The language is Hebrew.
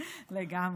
לגמרי.